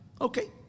Okay